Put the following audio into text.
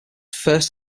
first